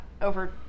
over